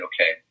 okay